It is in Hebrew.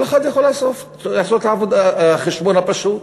כל אחד יכול לעשות את החשבון הפשוט.